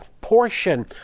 portion